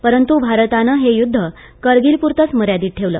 परंतु भारतानं हे युद्ध करगीलपुरतंच मर्यादित ठेवलं